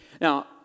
now